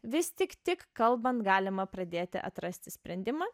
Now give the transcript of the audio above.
vis tik tik kalbant galima pradėti atrasti sprendimą